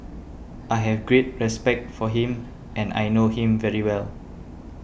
I have great respect for him and I know him very well